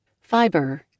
Fiber